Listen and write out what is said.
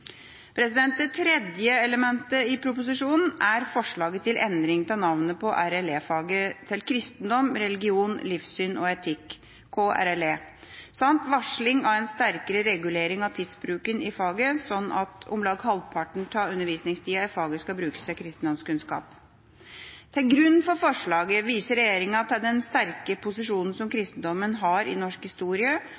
foreldreretten. Det tredje elementet i proposisjonen er forslaget om endring av navnet på RLE-faget til kristendom, religion, livssyn og etikk, KRLE, samt varsling av en sterkere regulering av tidsbruken i faget, slik at om lag halvparten av undervisningstida i faget skal brukes til kristendomskunnskap. Som grunn for forslagene viser regjeringa til den sterke posisjonen som kristendommen har i norsk historie,